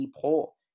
poll